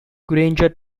granger